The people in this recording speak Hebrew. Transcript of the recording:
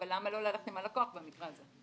אבל למה לא ללכת עם הלקוח במקרה הזה?